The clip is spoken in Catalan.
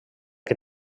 que